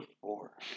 four